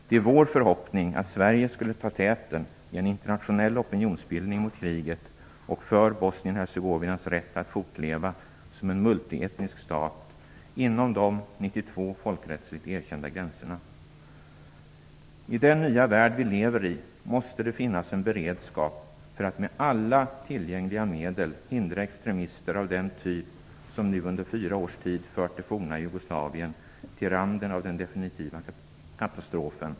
Det är vår förhoppning att Sverige skall ta täten i en internationell opinionsbildning mot kriget och för Bosnien-Hercegovinas rätt att fortleva som en multietnisk stat inom de 1992 folkrättsligt erkända gränserna. I den nya värld vi lever i måste det finnas en beredskap för att med alla tillgängliga medel hindra extremister av den typ som nu under fyra års tid fört det forna Jugoslavien till randen av den definitiva katastrofen.